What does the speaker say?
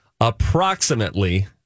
approximately